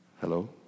Hello